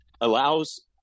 allows